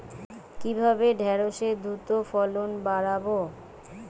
কিভাবে ঢেঁড়সের দ্রুত ফলন বাড়াব?